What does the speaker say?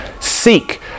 seek